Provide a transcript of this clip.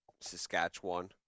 Saskatchewan